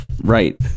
Right